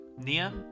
Nia